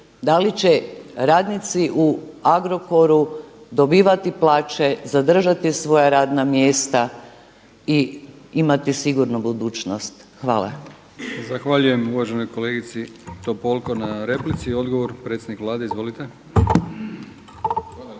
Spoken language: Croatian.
da li će radnici u Agrokoru dobivati plaće, zadržati svoja radna mjesta i imati sigurnu budućnost? Hvala. **Brkić, Milijan (HDZ)** Zahvaljujem uvaženoj kolegici Topolko na replici. Odgovor, predsjednik Vlade. Izvolite.